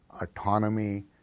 autonomy